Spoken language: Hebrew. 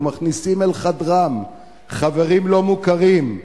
היו מכניסים אל חדרם חברים לא מוכרים,